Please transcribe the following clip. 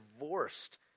divorced